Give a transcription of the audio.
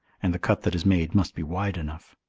and the cut that is made must be wide enough.